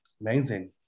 Amazing